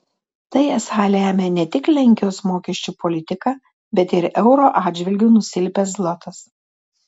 tai esą lemia ne tik lenkijos mokesčių politika bet ir euro atžvilgiu nusilpęs zlotas